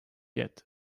yet